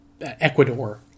Ecuador